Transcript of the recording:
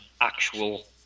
actual